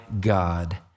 God